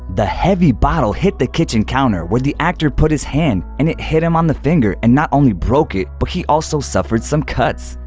the heavy bottle hit the kitchen counter where the actor put his hand and it hit him on the finger and not only broke it but he also suffered some cuts!